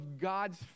God's